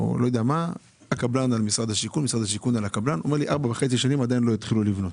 ועדיין לא התחילו לבנות.